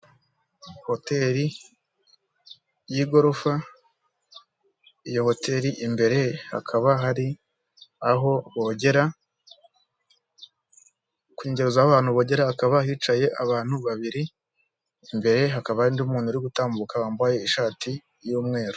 Hoteri y'igorofa, iyo hoteri imbere hakaba hari aho bogera, ku nkengero z'aho hantu bogera hakaba hicaye abantu babiri, imbere hakaba hari undi muntu uri gutambuka wambaye ishati y'umweru.